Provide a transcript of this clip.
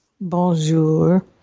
Bonjour